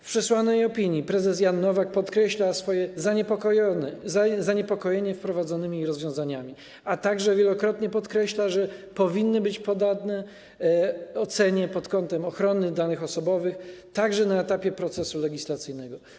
W przesłanej opinii prezes Jan Nowak wyraża swoje zaniepokojenie wprowadzonymi rozwiązaniami, a także wielokrotnie podkreśla, że powinny być one poddane ocenie pod kątem ochrony danych osobowych także na etapie procesu legislacyjnego.